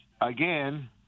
again